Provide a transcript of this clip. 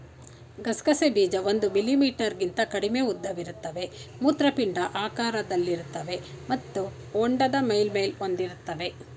ಗಸಗಸೆ ಬೀಜ ಒಂದು ಮಿಲಿಮೀಟರ್ಗಿಂತ ಕಡಿಮೆ ಉದ್ದವಿರುತ್ತವೆ ಮೂತ್ರಪಿಂಡ ಆಕಾರದಲ್ಲಿರ್ತವೆ ಮತ್ತು ಹೊಂಡದ ಮೇಲ್ಮೈ ಹೊಂದಿರ್ತವೆ